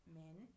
men